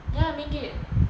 ya main gate